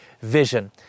vision